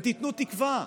ותיתנו תקווה.